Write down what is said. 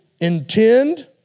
intend